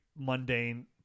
mundane